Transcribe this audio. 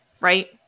Right